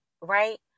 right